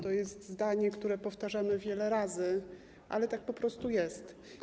To jest zdanie, które powtarzamy wiele razy, ale tak po prostu jest.